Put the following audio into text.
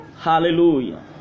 Hallelujah